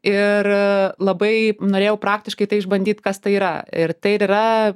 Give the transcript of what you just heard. ir labai norėjau praktiškai tai išbandyt kas tai yra ir tai ir yra